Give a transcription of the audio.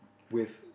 with